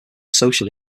social